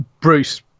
Bruce